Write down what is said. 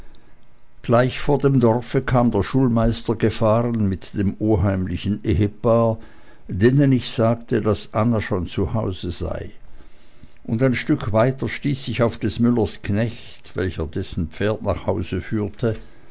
gleich vor dem dorfe kam der schulmeister gefahren mit dem oheimlichen ehepaar denen ich sagte daß anna schon zu hause sei und ein stück weiter stieß ich auf des müllers knecht welcher dessen pferd nach hause führte